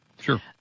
sure